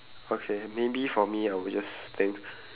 okay maybe for me I will just think